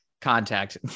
contact